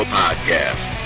podcast